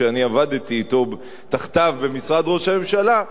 כשאני עבדתי תחתיו במשרד ראש הממשלה,